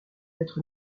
être